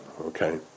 Okay